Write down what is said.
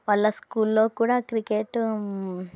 వాళ్ళ స్కూల్లో కూడా క్రికెట్